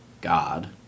God